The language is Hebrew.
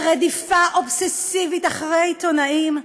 ברדיפה אובססיבית אחרי עיתונאים.